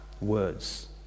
words